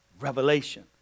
revelation